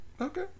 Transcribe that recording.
Okay